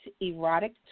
erotic